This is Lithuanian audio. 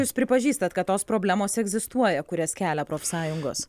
jūs pripažįstat kad tos problemos egzistuoja kurias kelia profsąjungos